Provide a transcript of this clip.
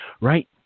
right